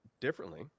differently